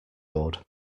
board